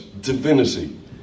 divinity